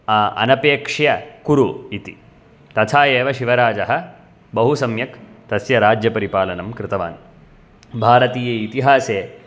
अनपेक्ष्य कुरु इति तथा एव शिवराजः बहु सम्यक् तस्य राज्यपरिपालनं कृतवान् भारतीय इतिहासे